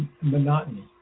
monotony